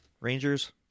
Rangers